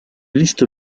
liste